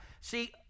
See